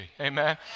Amen